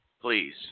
please